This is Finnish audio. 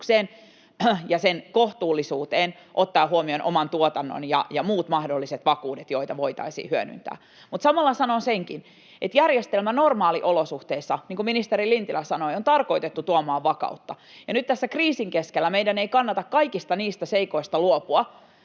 ja sen kohtuullisuuteen ottaen huomioon oman tuotannon ja muut mahdolliset vakuudet, joita voitaisiin hyödyntää. Mutta samalla sanon senkin, että järjestelmä normaaliolosuhteissa — niin kuin ministeri Lintilä sanoi — on tarkoitettu tuomaan vakautta. Nyt tässä kriisin keskellä meidän ei kannata luopua kaikista niistä seikoista, jotka